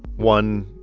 one,